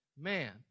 man